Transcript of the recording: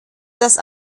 das